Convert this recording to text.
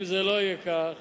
אם זה לא יהיה כך